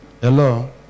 Hello